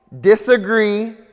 disagree